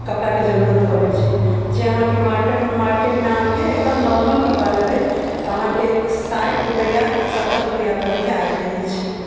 कपड़ा के जरुरत पड़ै छै जे अहाँके मार्केट मे मार्केट मे अहाँके एगदम नॉर्मल कपड़ा लेबै तऽ अहाँके साठि रुपैआ सत्तर रुपैआ तक मे आबि जाइ छै